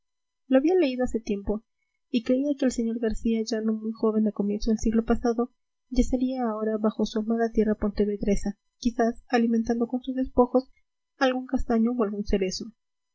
lo había leído hace tiempo y creía que el sr garcía ya no muy joven a comienzos del siglo pasado yacería ahora bajo su amada tierra pontevedresa quizás alimentando con sus despojos algún castaño o algún cerezo